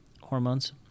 hormones